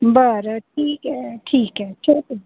बरं ठीक आहे ठीक आहे ठेवते